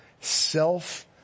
self